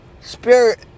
spirit